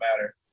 matter